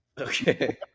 Okay